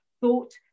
thought